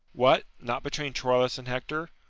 what, not between troilus and hector?